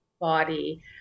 Body